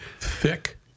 Thick